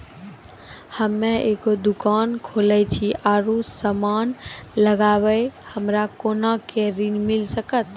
हम्मे एगो दुकान खोलने छी और समान लगैबै हमरा कोना के ऋण मिल सकत?